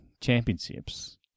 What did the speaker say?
championships